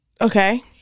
Okay